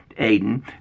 Aiden